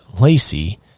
Lacey